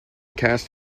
cast